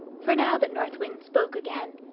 for now that north wind spoke again,